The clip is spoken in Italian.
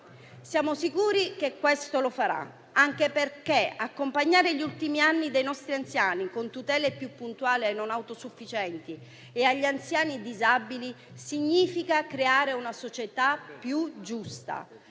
Siamo sicuri che lo farà, anche perché accompagnare gli ultimi anni dei nostri anziani con tutele più puntuali ai non autosufficienti e agli anziani disabili significa creare una società più giusta.